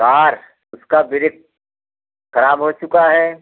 car उसका brake ख़राब हो चुका है